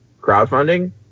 crowdfunding